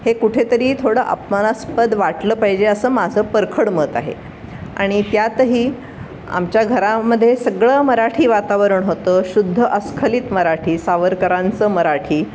हे कुठेतरी थोडं अपमानास्पद वाटलं पाहिजे असं माझं परखड मत आहे आणि त्यातही आमच्या घरामध्ये सगळं मराठी वातावरण होतं शुद्ध अस्खलित मराठी सावरकरांचं मराठी